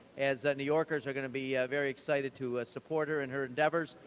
as new yorkers, are going to be very excited to ah support her in her endeavors.